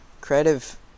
creative